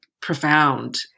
profound